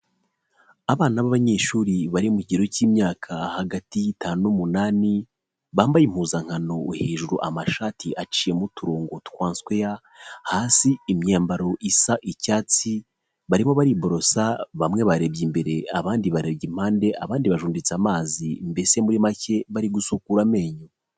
Abana b'abanyeshuri bari mu kigero cy'imyaka hagati y'itanu n'umunani, bambaye impuzankano hejuru amashati aciyemo uturongo twa nzweya, hasi imyambaro isa icyatsi barimo bariborosa, bamwe barebye imbere abandi barebye impande, abandi bajunditse amazi mbese muri make bari gusukura amenyo.